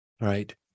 Right